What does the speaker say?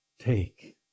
take